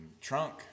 trunk